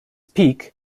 peak